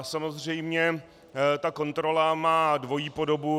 Samozřejmě ta kontrola má dvojí podobu.